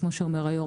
כמו שאומר היו"ר,